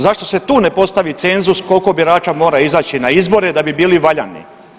Zašto se tu ne postavi cenzus koliko birača mora izaći na izbore da bi bili valjani?